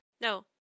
No